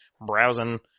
browsing